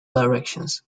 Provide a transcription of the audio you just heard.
directions